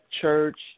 church